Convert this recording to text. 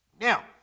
now